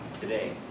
today